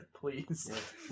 please